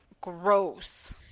gross